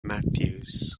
matthews